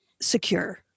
secure